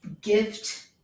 gift